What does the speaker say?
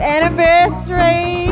Anniversary